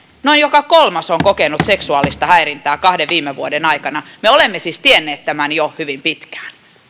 noin joka kolmas on kokenut seksuaalista häirintää kahden viime vuoden aikana me olemme siis tienneet tämän jo hyvin pitkään